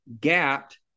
gapped